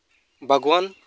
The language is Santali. ᱵᱟᱜᱽᱣᱟᱱ